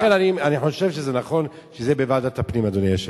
ישראל מעלה זאת שנה אחר שנה בדיוני הוועדות,